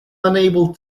unable